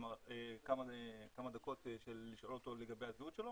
כמה דקות של לשאול אותו לגבי הזהות שלו